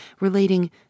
relating